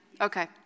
Okay